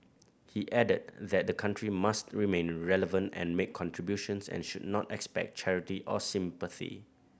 he added that the country must remain relevant and make contributions and should not expect charity or sympathy